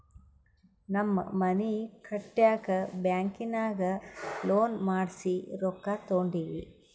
ನಮ್ಮ್ಗ್ ಮನಿ ಕಟ್ಟಾಕ್ ಬ್ಯಾಂಕಿನಾಗ ಲೋನ್ ಮಾಡ್ಸಿ ರೊಕ್ಕಾ ತೊಂಡಿವಿ